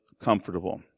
comfortable